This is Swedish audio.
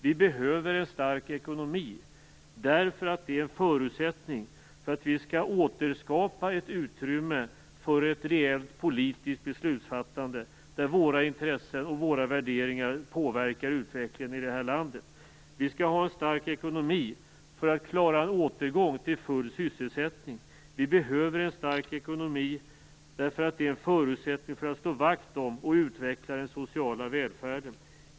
Vi behöver en stark ekonomi, därför att det är en förutsättning för att vi skall återskapa ett utrymme för ett reellt politiskt beslutsfattande, där våra intressen och våra värderingar påverkar utvecklingen i det här landet. Vi skall ha en stark ekonomi för att klara en återgång till full sysselsättning. Vi behöver en stark ekonomi, därför att det är en förutsättning för att slå vakt om och utveckla den sociala välfärden.